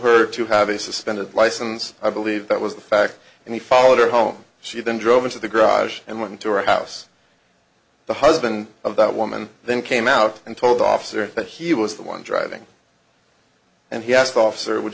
her to have a suspended license i believe that was the fact and he followed her home she then drove into the garage and went to her house the husband of that woman then came out and told the officer that he was the one driving and he asked officer would